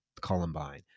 Columbine